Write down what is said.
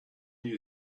new